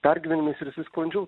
pergyvenimais ir jisai sklandžiau